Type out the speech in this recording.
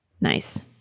Nice